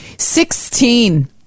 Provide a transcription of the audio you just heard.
Sixteen